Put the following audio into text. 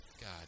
God